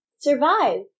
survive